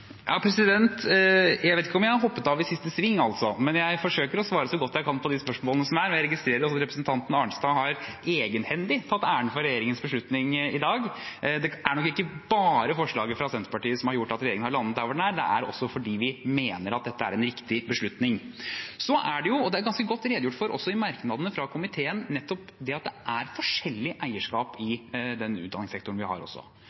Jeg vet ikke om jeg har hoppet av i siste sving, men jeg forsøker å svare så godt jeg kan på de spørsmålene som stilles. Jeg registrerer også at representanten Arnstad egenhendig har tatt æren for regjeringens beslutning i dag. Det er nok ikke bare forslaget fra Senterpartiet som har gjort at regjeringen har landet på det den har; det er også fordi vi mener at dette er en riktig beslutning. Det er forskjellig eierskap i utdanningssektoren vår, og det er det også ganske godt redegjort for i merknadene fra komiteen. Cirka 25 pst. leies i det